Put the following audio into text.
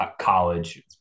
college